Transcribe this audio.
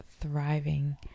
thriving